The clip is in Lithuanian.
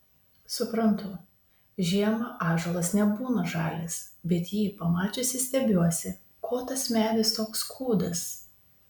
suprantu žiemą ąžuolas nebūna žalias bet jį pamačiusi stebiuosi ko tas medis toks kūdas